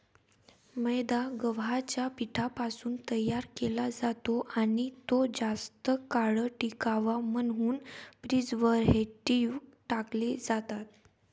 मैदा गव्हाच्या पिठापासून तयार केला जातो आणि तो जास्त काळ टिकावा म्हणून प्रिझर्व्हेटिव्ह टाकले जातात